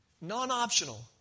non-optional